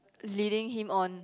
leading him on